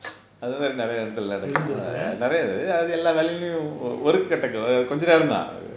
இருந்துருக்கு:irunthirukku